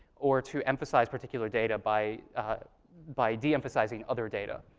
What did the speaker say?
or to emphasize particular data by by de-emphasizing other data,